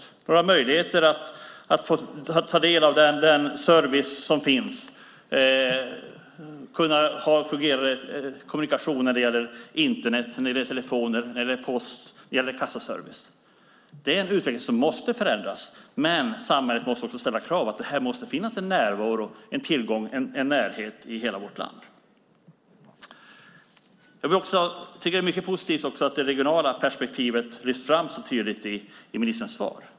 Det handlar om möjligheter att ta del av den service som finns, om att kunna ha fungerande kommunikationer när det gäller Internet, telefoner, post och kassaservice. Det är en utveckling där det måste förändras, men samhället måste också ställa krav. Det handlar om att det måste finnas en närvaro, en tillgång och en närhet i hela vårt land. Jag tycker att det är mycket positivt att det regionala perspektivet lyfts fram så tydligt i ministerns svar.